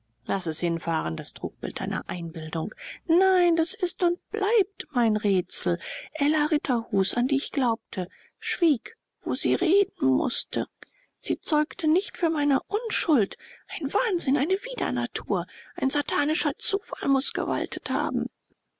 laß es hinfahren das trugbild deiner einbildung nein das ist und bleibt mein rätsel ella ritterhus an die ich glaubte schwieg wo sie reden mußte sie zeugte nicht für meine unschuld ein wahnsinn eine widernatur ein satanischer zufall muß gewaltet haben